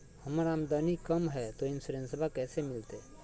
हमर आमदनी कम हय, तो इंसोरेंसबा कैसे मिलते?